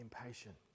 impatient